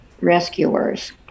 rescuers